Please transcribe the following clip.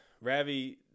Ravi